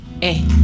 hey